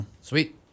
Sweet